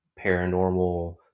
paranormal